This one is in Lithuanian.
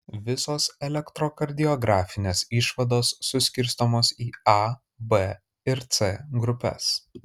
visos elektrokardiografinės išvados suskirstomos į a b ir c grupes